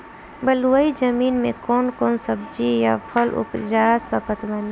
बलुई जमीन मे कौन कौन सब्जी या फल उपजा सकत बानी?